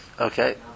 Okay